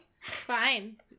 Fine